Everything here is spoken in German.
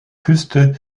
küste